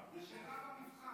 זו שאלה במבחן.